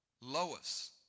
Lois